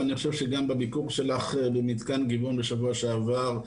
ואני חושב שגם בביקור שלך במתקן גיבון בשבוע שעבר,